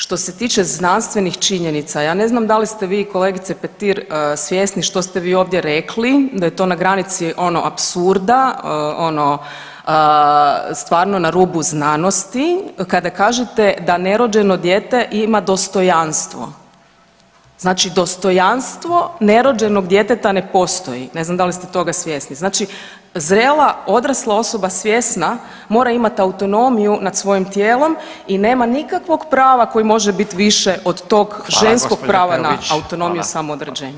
Što se tiče znanstvenih činjenica, ja ne znam da li ste vi kolegice Petir svjesni što ste vi ovdje rekli da je to na granici ono apsurda, ono stvarno na rubu znanosti kada kažete da nerođeno dijete ima dostojanstvo, znači dostojanstvo nerođenog djeteta ne postoji, ne znam da li ste toga svjesni, znači zrela odrasla osoba svjesna mora imat autonomiju nad svojim tijelom i nema nikakvog prava koje može bit više od tog ženskog prava na autonomiju samo od rođenja.